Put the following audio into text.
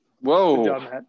Whoa